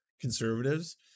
conservatives-